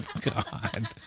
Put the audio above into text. God